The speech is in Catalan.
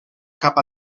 cap